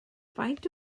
faint